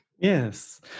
Yes